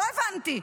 לא הבנתי.